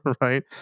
right